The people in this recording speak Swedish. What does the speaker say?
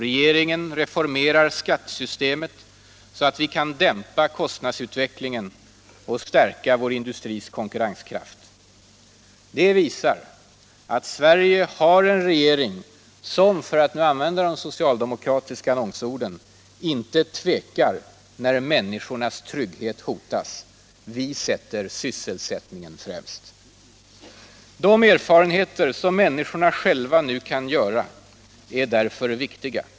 Regeringen reformerar skattesystemet så att vi kan dämpa kostnadsutvecklingen och stärka vår industris konkurrenskraft. Det visar att Sverige har en regering som, för att använda de socialdemokratiska annonsorden, inte tvekar när människornas trygghet hotas. Vi sätter sysselsättningen främst. De erfarenheter som människorna själva nu kan göra är därför viktiga.